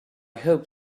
hope